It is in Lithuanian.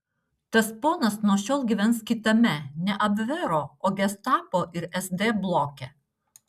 tas ponas nuo šiol gyvens kitame ne abvero o gestapo ir sd bloke